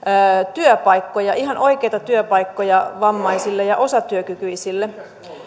työpaikkoja ihan oikeita työpaikkoja vammaisille ja osatyökykyisille